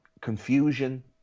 Confusion